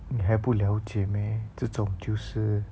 你还不了解 meh 这种就是